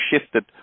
shifted